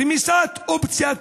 רמיסת אופציית